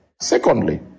secondly